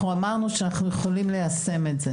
אנחנו אמרנו שאנחנו יכולים ליישם את זה.